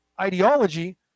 ideology